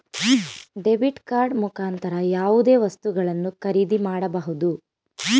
debit card ಮುಖಾಂತರ ಯಾವುದೇ ವಸ್ತುಗಳನ್ನು ಖರೀದಿ ಮಾಡಬಹುದು